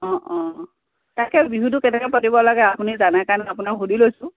অ অ তাকে বিহুটো কেনেকৈ পাতিব লাগে আপুনি জানে কাৰণে আপোনাক সুধি লৈছোঁ